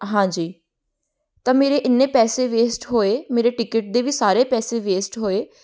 ਹਾਂਜੀ ਤਾਂ ਮੇਰੇ ਇੰਨੇ ਪੈਸੇ ਵੇਸਟ ਹੋਏ ਮੇਰੇ ਟਿਕਟ ਦੇ ਵੀ ਸਾਰੇ ਪੈਸੇ ਵੇਸਟ ਹੋਏ